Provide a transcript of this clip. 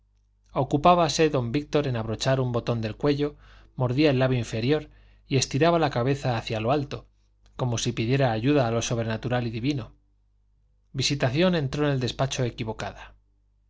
inverosímil ocupábase don víctor en abrochar un botón del cuello mordía el labio inferior y estiraba la cabeza hacia lo alto como si pidiera ayuda a lo sobrenatural y divino visitación entró en el despacho equivocada